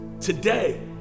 Today